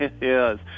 Yes